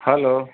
hello